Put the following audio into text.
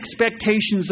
expectations